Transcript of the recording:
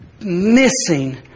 missing